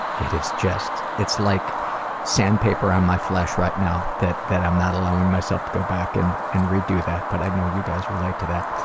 it is just, it's like sandpaper on my flesh right now that that i'm not allowing myself to go back and and re do that, but i know you guys relate to that.